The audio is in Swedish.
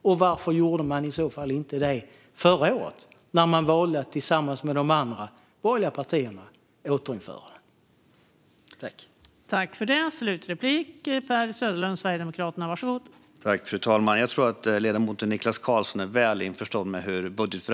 Och varför gjorde man i så fall inte det förra året när man valde att tillsammans med de andra borgerliga partierna återinföra den?